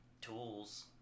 tools